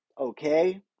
okay